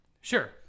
Sure